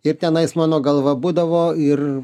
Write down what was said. ir tenais mano galva būdavo ir